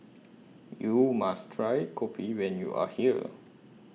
YOU must Try Kopi when YOU Are here